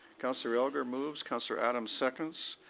councillor elgar moves, councillor adams seconds.